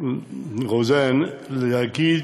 רוזן להגיד,